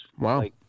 Wow